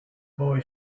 boy